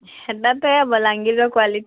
ହେଟା ତ ଏ ବଲାଙ୍ଗୀରର୍ କ୍ଵାଲିଟି